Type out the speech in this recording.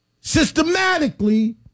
systematically